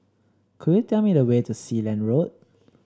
could you tell me the way to Sealand Road